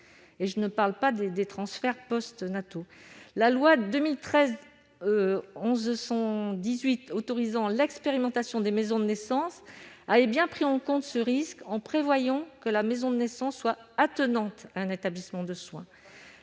sans parler des transferts postnataux. La loi n° 2013-1118 du 6 décembre 2013 autorisant l'expérimentation des maisons de naissance avait bien pris en compte ce risque, en prévoyant que la maison de naissance soit attenante à un établissement de soins.